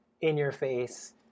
in-your-face